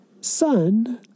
sun